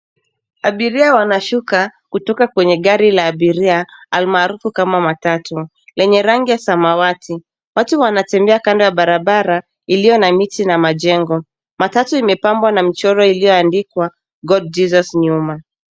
Abiria wanashuka kutoka kwenye gari la abiria almaarufu kama matatu lenye rangi ya samawati. Watu wanatembea kando ya barabara iliyo na miti na majengo. Matatu imepambwa na mchoro iliyoandikwa God Jesus nyuma.